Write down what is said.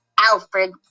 Alfred